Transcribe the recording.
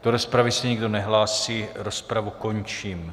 Do rozpravy se nikdo nehlásí, rozpravu končím.